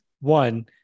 one